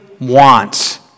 wants